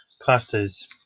clusters